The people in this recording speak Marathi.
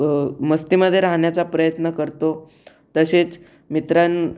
प मस्तीमध्ये राहण्याचा प्रयत्न करतो तसेच मित्रां